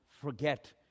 Forget